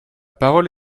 parole